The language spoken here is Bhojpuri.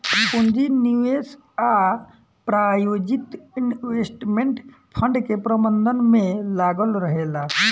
पूंजी निवेश आ प्रायोजित इन्वेस्टमेंट फंड के प्रबंधन में लागल रहेला